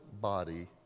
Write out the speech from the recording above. body